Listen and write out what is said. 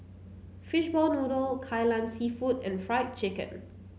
Fishball Noodle Kai Lan seafood and Fried Chicken